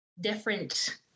different